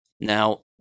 Now